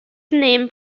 named